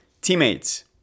teammates